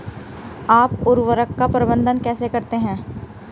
आप उर्वरक का प्रबंधन कैसे करते हैं?